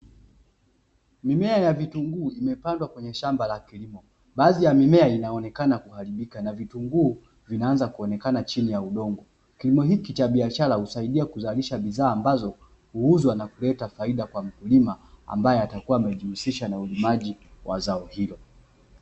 Mimea ya vitunguu imepandwa kwenye shamba la kilimo baadhi ya mimea inaonekana kuharibika na vitunguu vinaanza kuonekana chini ya udongo, kilimo hiki cha biashara husaidia kuzalisha bidhaa ambazo huuzwa na kuleta faida kwa mkulima ambaye atakuwa amejihusisha na ulimaji wa zao hilo.